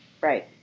Right